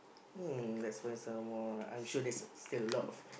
um let's find some more I'm sure there is still a lot of